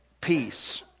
peace